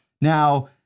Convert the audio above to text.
Now